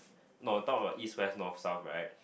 no talk about East West north south right